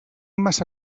massa